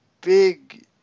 big